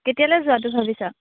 কেতিয়ালৈ যোৱাতো ভাবিছ